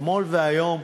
אתמול והיום,